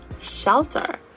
shelter